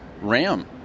Ram